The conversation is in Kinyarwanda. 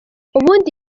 ubundi